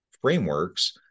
frameworks